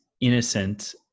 innocent